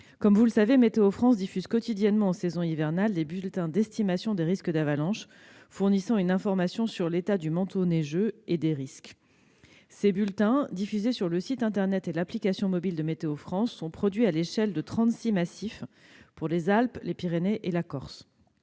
dans notre pays. Météo France diffuse quotidiennement en saison hivernale des bulletins d'estimation des risques d'avalanche fournissant une information sur l'état du manteau neigeux et des risques. Ces bulletins, diffusés sur le site internet et l'application mobile de Météo France, sont produits à l'échelle de trente-six massifs pour les Alpes, les Pyrénées et la Corse.